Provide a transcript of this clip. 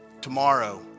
Tomorrow